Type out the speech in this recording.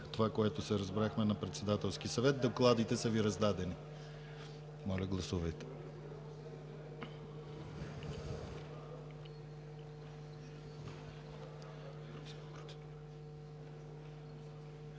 това, което се разбрахме на Председателския съвет. Докладите са Ви раздадени. Моля, гласувайте.